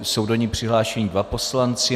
Jsou do ní přihlášeni dva poslanci.